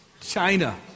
China